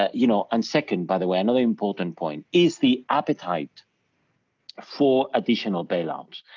ah you know, and second by the way, another important point, is the appetite for additional bailouts.